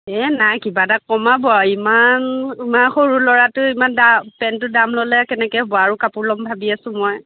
হে নাই কিবা এটা কমাব আৰু ইমান ইমান সৰু ল'ৰাটোৰ ইমান দাম পেণ্টটোৰ দাম ল'লে কেনেকৈ হ'ব আৰু কাপোৰ ল'ম ভাবি আছো মই